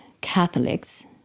Catholics